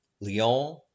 Lyon